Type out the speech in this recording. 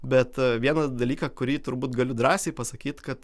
bet vieną dalyką kurį turbūt galiu drąsiai pasakyt kad